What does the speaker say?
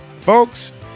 folks